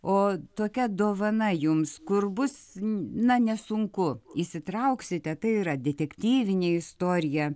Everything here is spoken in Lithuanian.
o tokia dovana jums kur bus na nesunku įsitrauksite tai yra detektyvinė istorija